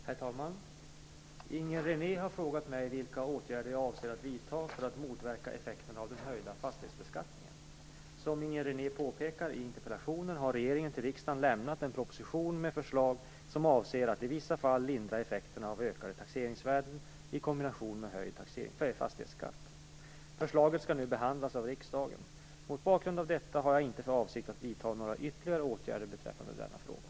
Herr talman! Inger René har frågat mig vilka åtgärder jag avser att vidta för att motverka effekterna av den höjda fastighetsbeskattningen. Som Inger René påpekar i interpellationen har regeringen till riksdagen lämnat en proposition med förslag som avser att i vissa fall lindra effekterna av ökade taxeringsvärden i kombination med höjd fastighetsskatt. Förslaget skall nu behandlas av riksdagen. Mot bakgrund av detta har jag inte för avsikt att vidta några ytterligare åtgärder beträffande denna fråga.